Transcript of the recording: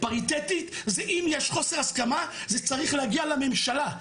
פריטטית זה אם יש חוסר הסכמה זה צריך להגיע לממשלה.